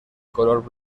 color